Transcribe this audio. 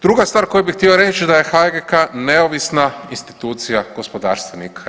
Druga stvar koju bih htio reći da je HGK neovisna institucija gospodarstvenika.